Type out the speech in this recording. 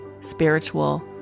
spiritual